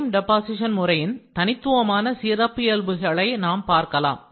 beam deposition முறையின் தனித்துவமான சிறப்பியல்புகளை நாம் பார்க்கலாம்